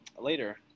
later